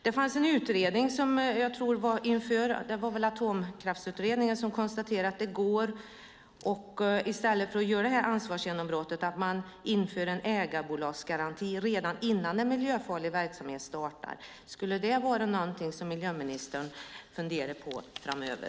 Det fanns en utredning, Atomansvarsutredningen, som konstaterade att det i stället för ansvarsgenombrott går att införa en ägarbolagsgaranti redan innan en miljöfarlig verksamhet startar. Kan det vara något för miljöministern att fundera över?